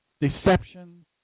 Deception